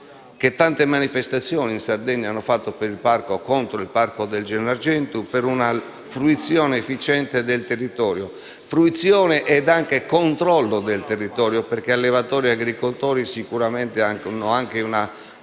tante manifestazioni hanno fatto in Sardegna contro il parco del Gennargentu per una fruizione efficiente del territorio; fruizione ed anche controllo del territorio, perché allevatori e agricoltori hanno sicuramente anche una